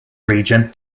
region